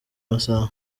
amasaha